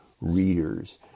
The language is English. readers